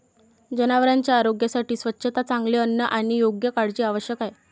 जनावरांच्या आरोग्यासाठी स्वच्छता, चांगले अन्न आणि योग्य काळजी आवश्यक आहे